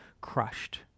crushed